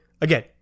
again